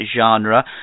genre